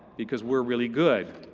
because we're really good.